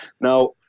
Now